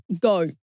Go